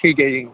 ਠੀਕ ਹੈ ਜੀ